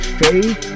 faith